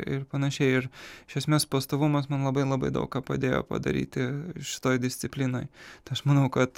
ir panašiai ir iš esmės pastovumas man labai labai daug ką padėjo padaryti šitoj disciplinoj tai aš manau kad